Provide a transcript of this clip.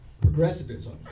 progressivism